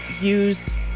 use